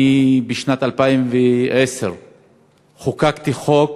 בשנת 2010 חוקקתי חוק